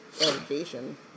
education